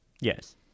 Yes